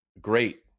great